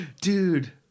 dude